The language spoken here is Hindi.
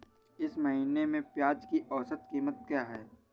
इस महीने में प्याज की औसत कीमत क्या है?